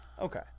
Okay